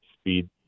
speed